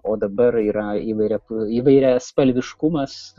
o dabar yra įvairiapu įvairiaspalviškumas